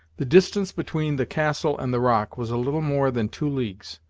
the distance between the castle and the rock was a little more than two leagues.